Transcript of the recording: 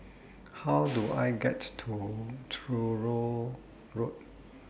How Do I get to Truro Road